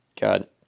got